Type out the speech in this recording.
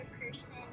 person